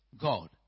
God